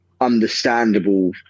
understandable